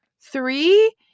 three